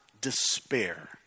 despair